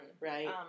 Right